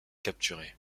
capturer